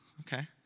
okay